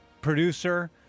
producer